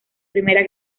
primera